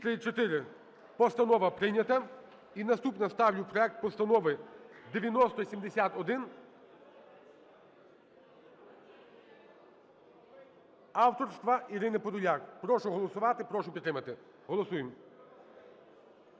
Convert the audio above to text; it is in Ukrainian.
За-234 Постанова прийнята. І наступна. Ставлю проект Постанови 9071 авторства Ірини Подоляк. Прошу голосувати і прошу підтримати. Голосуємо.